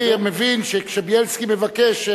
אני מבין שכשבילסקי מבקש,